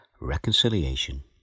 reconciliation